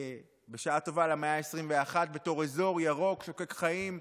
בשעה טובה, למאה ה-21 בתור אזור ירוק, שוקק חיים,